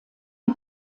die